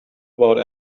about